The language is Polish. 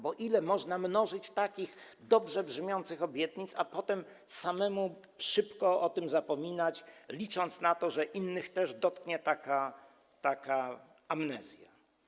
Bo ile można mnożyć takich dobrze brzmiących obietnic, a potem samemu szybko o tym zapominać, licząc na to, że innych też dotknie taka amnezja?